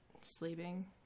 sleeping